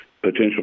potential